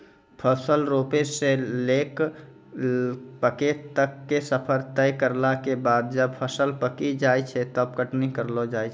फसल रोपै स लैकॅ पकै तक के सफर तय करला के बाद जब फसल पकी जाय छै तब कटनी करलो जाय छै